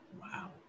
Wow